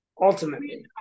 Ultimately